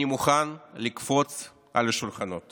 אני מוכן לקפוץ על שולחנות